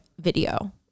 video